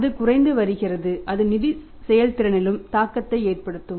அது குறைந்து வருகிறது அது நிதி செயல்திறனிலும் தாக்கத்தை ஏற்படுத்தும்